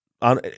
on